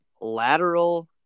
lateral